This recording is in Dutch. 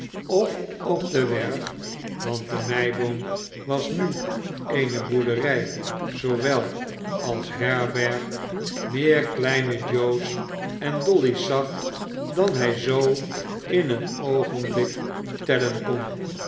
of op de werf want de meiboom was nu eene boerderij zoowel als eene herberg meer kleine joe's en dolly s zag dan hij zoo in een oogenblik tellen kon